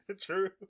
True